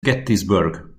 gettysburg